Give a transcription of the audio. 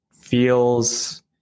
feels